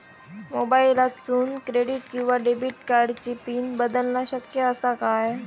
मोबाईलातसून क्रेडिट किवा डेबिट कार्डची पिन बदलना शक्य आसा काय?